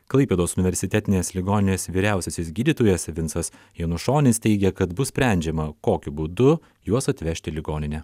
klaipėdos universitetinės ligoninės vyriausiasis gydytojas vincas janušonis teigė kad bus sprendžiama kokiu būdu juos atvežt į ligoninę